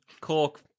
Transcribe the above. cork